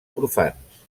profans